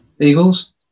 Eagles